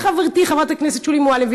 וחברתי חברת הכנסת שולי מועלם,